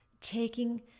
Taking